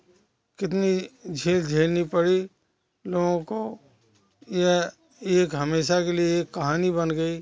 कितनी चीज़ झेलनी पड़ी लोगों को यह यह एक हमेशा के लिए कहानी बन गई